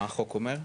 מה החוק אומר?